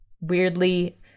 weirdly